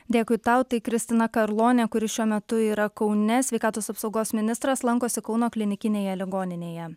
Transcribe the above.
dėkui tau tai kristina karlonė kuri šiuo metu yra kaune sveikatos apsaugos ministras lankosi kauno klinikinėje ligoninėje